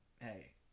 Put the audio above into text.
hey